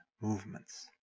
movements